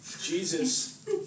Jesus